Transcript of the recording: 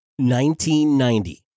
1990